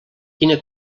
quina